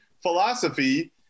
philosophy